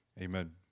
Amen